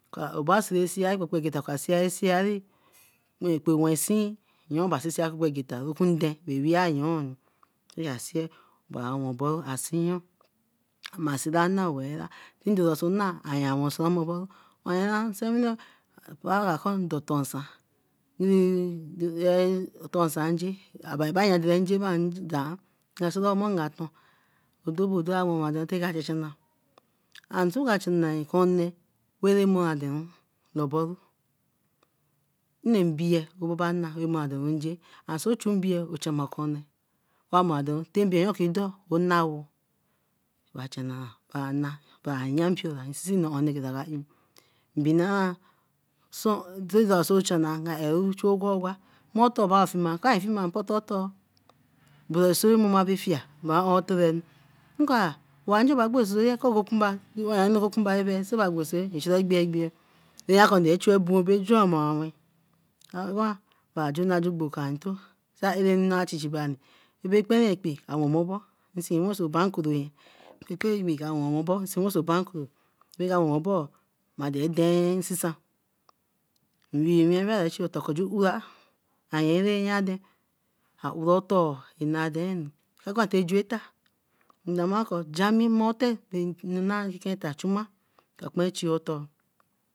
Oba sie sie kegeta but oka sie sieri ekpenwensi ekpegeta okunde bay weeh yoo, a seer obari wenboru a seer wa sen ama wenra, ndoroso nah wensomo boru otar nsewine wara tor ndotor nsan otor nsan nje obari ra nje odo ka chan chna nah, kra cha cha na konne wereh mora aden, loboru nnebia obabana ra mo adenu nje, and so chu mbia o chama okonne amor adenuru, tar mbiayo kido, oh na woh obari aya mpiora rin sin no own nnegeta, binae ko torba kra weeh opoto otor but osoe momo aberafie owanjo a gbo osoeye, okinba, okib=nba abae ja churu biabia ra yan ko kra chu ru biaobe juwan we kra ju ka nto nna chi chi bari. Bere kperen kpii kra wensomobo so wen so bank oo. Bae dae den nsisan, wee owin ra chi otor ju ura oyen ra yan aden, a ura otor a dennu, ta juan eta, nlamakor ja mi mlate nna nkiken kra chuma, oka kpara chio otor.